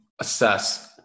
assess